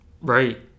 Right